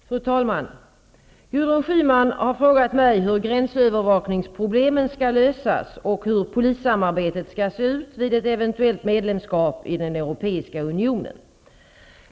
Fru talman! Gudrun Schyman har frågat mig hur gränsövervakningsproblemen skall lösas och hur polissamarbetet skall se ut vid ett eventuellt medlemskap i den europeiska unionen.